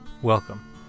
Welcome